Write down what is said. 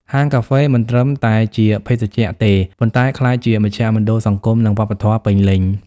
ហាងកាហ្វេមិនត្រឹមតែជាភេសជ្ជៈទេ ប៉ុន្តែក្លាយជាមជ្ឈមណ្ឌលសង្គម និងវប្បធម៌ពេញលេញ។